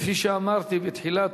כפי שאמרתי בתחילת